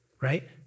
right